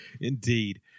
Indeed